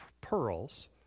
pearls